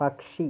പക്ഷി